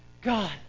God